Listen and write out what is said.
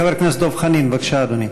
חבר הכנסת דב חנין, בבקשה, אדוני.